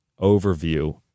overview